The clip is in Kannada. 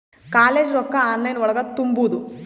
ಕಾಲೇಜ್ ರೊಕ್ಕ ಆನ್ಲೈನ್ ಒಳಗ ತುಂಬುದು?